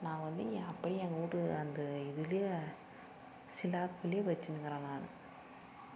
நான் வந்து ஏன் அப்பயும் எங்கள் வீட்டு அந்த இதுலேயே சிலாப்பிலே வைச்சுனுங்கறேன் நான்